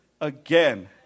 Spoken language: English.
again